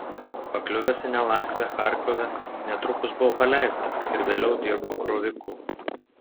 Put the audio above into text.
pakliuvęs į nelaisvę charkove netrukus buvo paleistas ir vėliau dirbo kroviku